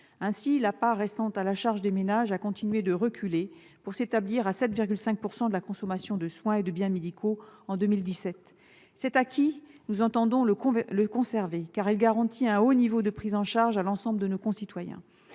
Ainsi, la part restant à la charge des ménages a continué de reculer, pour s'établir à 7,5 % de la consommation de soins et de biens médicaux en 2017. Cet acquis, nous entendons le conserver, car il garantit un haut niveau de prise en charge à l'ensemble de nos concitoyens.